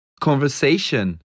Conversation